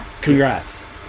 congrats